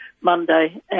Monday